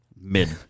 mid